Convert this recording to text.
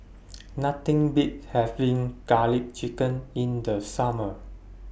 Nothing Beats having Garlic Chicken in The Summer